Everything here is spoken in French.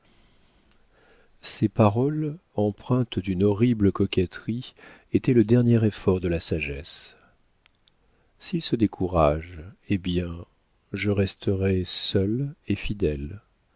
ces paroles empreintes d'une horrible coquetterie étaient le dernier effort de la sagesse s'il se décourage eh bien je resterai seule et fidèle